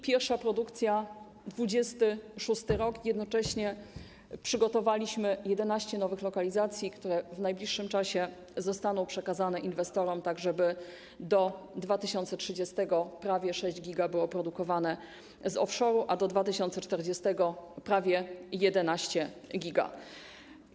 Pierwsza produkcja - 2026 r. Jednocześnie przygotowaliśmy 11 nowych lokalizacji, które w najbliższym czasie zostaną przekazane inwestorom, tak żeby do 2030 r. prawie 6 GW było produkowane z offshore, a do 2040 - prawie 11 GW.